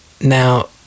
Now